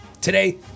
Today